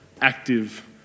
active